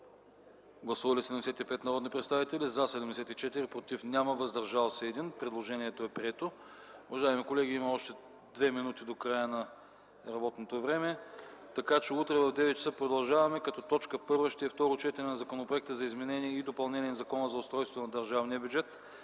Гласували 75 народни представители: за 74, против няма, въздържал се 1. Предложението е прието. Уважаеми колеги, има още 2 минути до края на работното време. Утре в 9,00 ч. продължаваме с: 1. Второ четене на Законопроекта за изменение и допълнение на Закона за устройството на държавния бюджет.